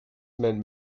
meant